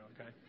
okay